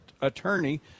attorney